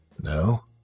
No